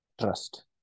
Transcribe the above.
Trust